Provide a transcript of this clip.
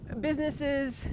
businesses